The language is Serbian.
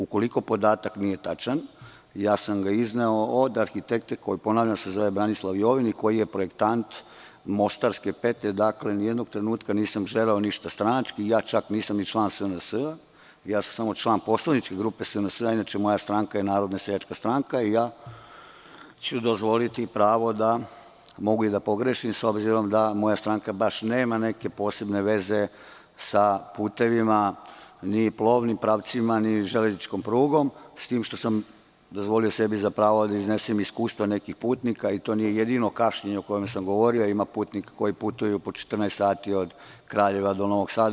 Ukoliko podatak nije tačan, ja sam ga izneo od arhitekte koji se zove Branislav Jovin i koji je projektant „Mostarske petlje“ i ni jednog trenutka nisam želeo ništa stranački, a ja čak nisam ni član SNS, ja sam samo član poslaničke grupe, a moja stranka je Narodna seljačka stranka i ja ću dozvoliti pravo da mogu i da pogrešim, s obzirom da moja stranka nema neke posebne veze sa putevima ni plovnim pravcima, ni železničkom prugom, s tim što sam dozvolio sebi za pravo da iznesem iskustva nekih putnika i to nije jedino kašnjenje o čemu sam govorio, jer ima putnika koji putuju po 14 sati od Kraljeva do Novog Sada.